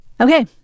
Okay